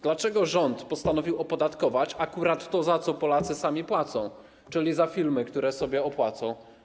Dlaczego rząd postanowił opodatkować akurat to, za co Polacy sami płacą, czyli filmy, które sobie opłacą?